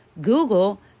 Google